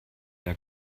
der